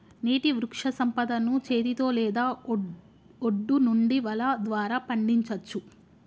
నీటి వృక్షసంపదను చేతితో లేదా ఒడ్డు నుండి వల ద్వారా పండించచ్చు